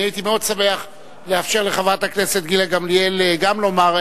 אני הייתי מאוד שמח לאפשר לחברת הכנסת גילה גמליאל גם לומר,